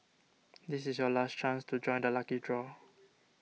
this is your last chance to join the lucky draw